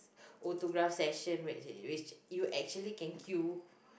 autograph session where actually which you actually can queue